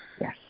Yes